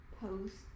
post